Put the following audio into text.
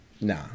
Nah